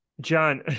John